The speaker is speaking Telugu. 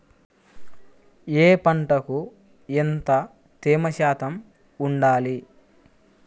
ఏ పంటకు ఎంత తేమ శాతం ఉండాలి?